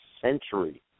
century